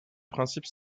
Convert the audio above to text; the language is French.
principes